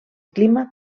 clima